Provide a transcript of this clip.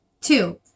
Two